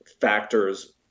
factors